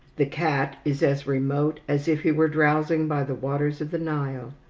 the cat is as remote as if he were drowsing by the waters of the nile.